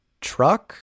truck